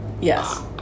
Yes